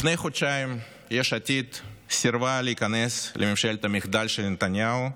לפני חודשיים יש עתיד סירבה להיכנס לממשלת המחדל של נתניהו.